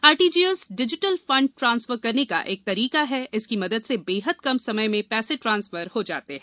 RTGS digital fund transfer करने का एक तरीका है इसकी मदद से बेहद कम समय में पैसे ट्रांसफर हो जाते हैं